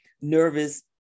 nervous